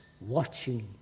watching